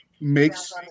makes